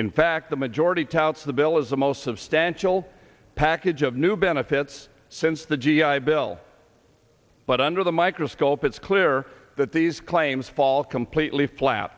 in fact the majority touts the bill as the most substantial package of new benefits since the g i bill but under the microscope it's clear that these claims fall completely flat